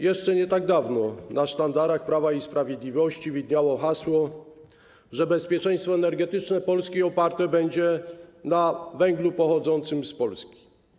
Jeszcze nie tak dawno na sztandarach Prawa i Sprawiedliwości widniało hasło, że bezpieczeństwo energetyczne Polski oparte będzie na węglu pochodzącym z Polski.